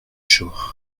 chaud